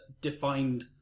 defined